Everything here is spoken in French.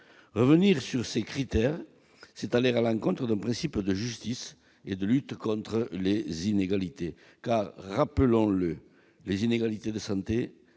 Revenir sur ces critères, c'est aller à l'encontre d'un principe de justice et de lutte contre les inégalités. Car, rappelons-le, les inégalités de santé